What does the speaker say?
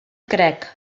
crec